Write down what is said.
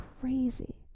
crazy